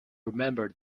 remember